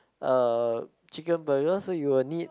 uh chicken burger so you will need